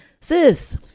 Sis